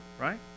right